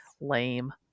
lame